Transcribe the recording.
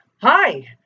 Hi